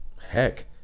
heck